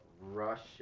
Russia